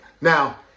now